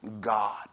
God